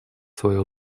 свою